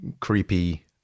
creepy